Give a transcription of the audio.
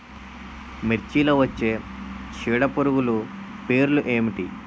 మిర్చిలో వచ్చే చీడపురుగులు పేర్లు ఏమిటి?